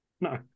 No